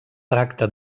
tracta